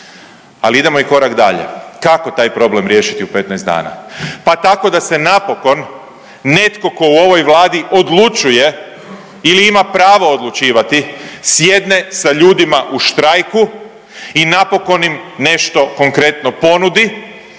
ali idemo i korak dalje, kako taj problem riješiti u 15 dana? Pa tako da se napokon netko ko u ovoj Vladi odlučuje ili ima pravo odlučivati sjedne sa ljudima u štrajku i napokon im nešto konkretno ponudi